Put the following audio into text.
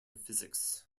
physics